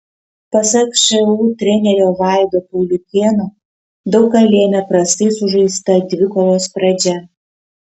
pasak šu trenerio vaido pauliukėno daug ką lėmė prastai sužaista dvikovos pradžia